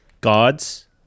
gods